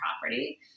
property